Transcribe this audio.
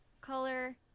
color